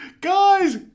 Guys